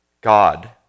God